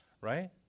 right